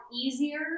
easier